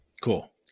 Cool